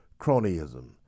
cronyism